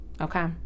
okay